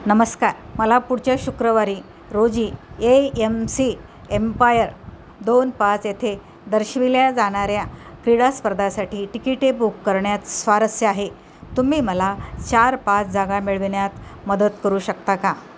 नमस्कार मला पुढच्या शुक्रवारी रोजी ए एम सी एम्पायर दोन पाच येथे दर्शविल्या जाणाऱ्या क्रीडा स्पर्धेसाठी टिकिटे बुक करण्यात स्वारस्य आहे तुम्ही मला चार पाच जागा मिळविण्यात मदत करू शकता का